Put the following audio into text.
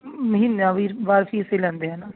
ਮਹੀਨਾ ਵੀ ਬਰ ਫੀਸ ਹੀ ਲੈਂਦੇ ਹੈ ਨਾ